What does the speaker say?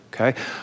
okay